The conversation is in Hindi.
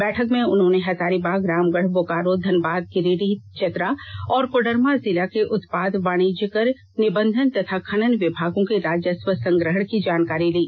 बैठक में हजारीबाग रामगढ़ बोकारो धनबाद गिरिडीह चतरा व कोडरमा जिला के उत्पाद वाणिज्य कर निबंधन व खनन विभागों के राजस्व संग्रहण की जानकारी ली